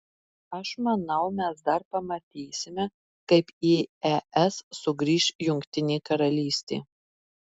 aš manau mes dar pamatysime kaip į es sugrįš jungtinė karalystė